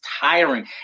tiring